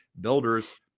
builders